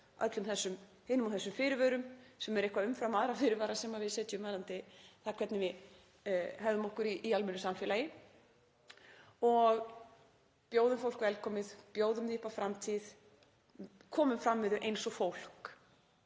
og þessum fyrirvörum, sem eru eitthvað umfram aðra fyrirvara sem við setjum varðandi það hvernig við hegðum okkur í almennu samfélagi, og bjóðum fólk velkomið, bjóðum því upp á framtíð, komum fram við það eins og fólk,